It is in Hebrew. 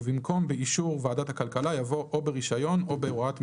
ובמקום "באישור ועדת הכלכלה" יבוא "או ברישיון או בהוראת מינהל,